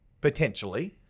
potentially